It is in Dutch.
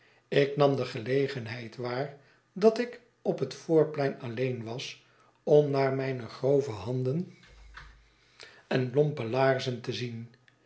ik nam de gelegenheid waar dat ik op het voorplein alleen was om naar mijne grove handen en lompe laarzen te zien